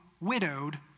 widowed